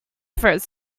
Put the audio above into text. throws